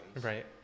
Right